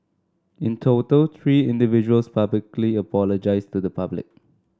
in total three individuals publicly apologised to the public